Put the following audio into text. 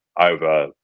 over